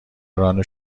ران